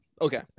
Okay